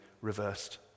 reversed